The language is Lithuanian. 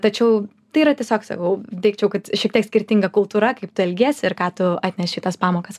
tačiau tai yra tiesiog sakau teigčiau kad šiek tiek skirtinga kultūra kaip tu elgiesi ir ką tu atneši į tas pamokas